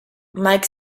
mike